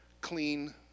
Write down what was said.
clean